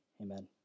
Amen